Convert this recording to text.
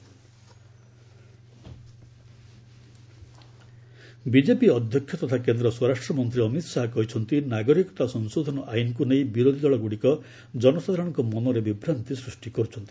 ସାହା citizenship act BJP ଅଧ୍ୟକ୍ଷ ତଥା କେନ୍ଦ୍ର ସ୍ୱରାଷ୍ଟ୍ରମନ୍ତ୍ରୀ ଅମିତ ଶାହା କହିଛନ୍ତି ନାଗରିକତା ସଂଶୋଧନ ଆଇନ୍କୁ ନେଇ ବିରୋଧୀ ଦଳଗୁଡ଼ିକ ଜନସାଧାରଣଙ୍କ ମନରେ ବିଭ୍ରାନ୍ତି ସୃଷ୍ଟି କରୁଛନ୍ତି